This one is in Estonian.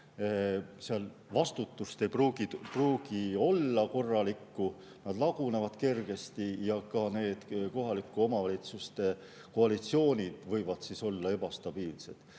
seal ei pruugi olla korralikku vastutust, nad lagunevad kergesti ja ka need kohalike omavalitsuste koalitsioonid võivad olla ebastabiilsed.